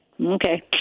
Okay